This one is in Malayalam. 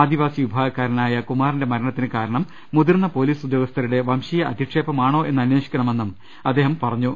ആദിവാസി വിഭാഗക്കാരനായ കുമാറിന്റെ മരണത്തിന് കാരണം മുതിർന്ന പോലീസ് ഉദ്യോഗസ്ഥരുടെ വംശീയ അധിക്ഷേപമാണോ എന്ന് അന്വേഷിക്കണമെന്നും അദ്ദേഹം ആവശ്യപ്പെട്ടു